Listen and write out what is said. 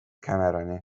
cameroni